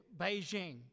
beijing